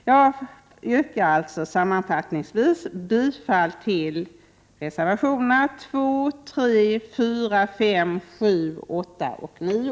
Jag yrkar sammanfattningsvis bifall till reservationerna 2, 3, 4, 5, 7, 8 och 9.